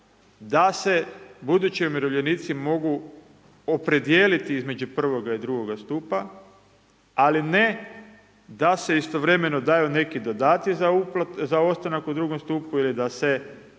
da se budući umirovljenici mogu opredijeliti između 1. i 2. stupa ali ne da se istovremeno daju neki dodaci za ostanak u 2. stupu ili da se